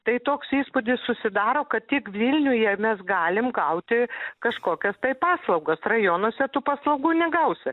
tai toks įspūdis susidaro kad tik vilniuje mes galim gauti kažkokias tai paslaugas rajonuose tų paslaugų negausi